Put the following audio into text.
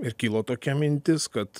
ir kilo tokia mintis kad